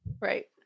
right